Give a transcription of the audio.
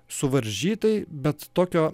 suvaržytai bet tokio